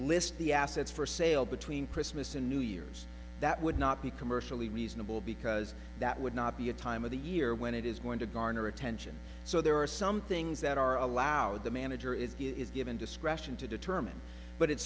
list the assets for sale between christmas and new years that would not be commercially reasonable because that would not be a time of the year when it is going to garner attention so there are some things that are allowed the manager is is given discretion to determine but it